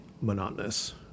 monotonous